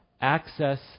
Access